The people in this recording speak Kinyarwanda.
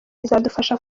izadufasha